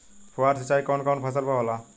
फुहार सिंचाई कवन कवन फ़सल पर होला?